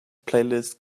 playlist